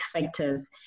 factors